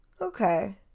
Okay